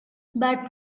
but